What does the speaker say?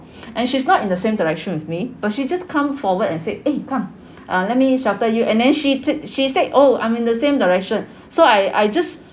and she's not in the same direction with me but she just come forward and say eh come uh let me shelter you and then she she said oh I'm in the same direction so I I just